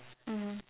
mmhmm